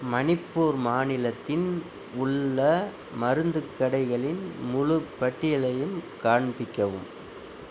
மணிப்பூர் மாநிலத்தில் உள்ள மருந்து கடைகளின் முழுப் பட்டியலையும் காண்பிக்கவும்